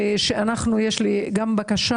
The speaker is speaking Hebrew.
יש גם בקשה,